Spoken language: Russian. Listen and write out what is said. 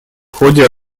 ходе